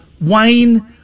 Wayne